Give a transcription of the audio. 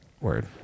Word